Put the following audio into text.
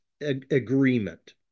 agreement